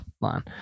line